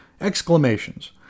Exclamations